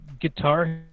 Guitar